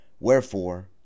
Wherefore